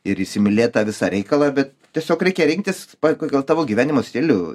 ir įsimylėt tą visą reikalą bet tiesiog reikia rinktis pa pagal tavo gyvenimo stilių